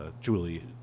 Julie